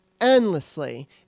endlessly